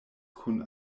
kun